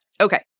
Okay